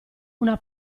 una